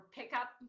pickup